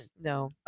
no